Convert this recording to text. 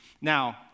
Now